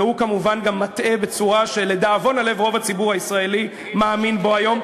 והוא כמובן מטעה בצורה שלדאבון הלב רוב הציבור הישראלי מאמין בו היום,